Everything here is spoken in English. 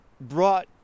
brought